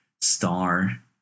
star